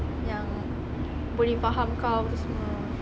yang boleh faham kau tu semua